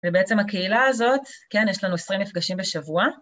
ובעצם הקהילה הזאת, כן, יש לנו 20 מפגשים בשבוע.